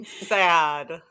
Sad